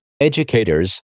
educators